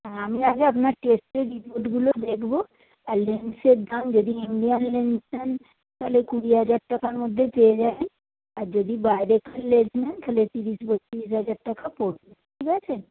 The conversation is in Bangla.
হ্যাঁ আমি আগে আপনার টেস্টের রিপোর্টগুলো দেখবো দাম যদি নিতে চান তাহলে কুড়ি হাজার টাকার মধ্যে পেয়ে যাবেন আর যদি বাইরে নেন তাহলে তিরিশ বত্রিশ হাজার টাকা পড়বে ঠিক আছে